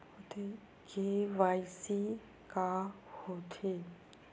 KYC का होथे?